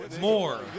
more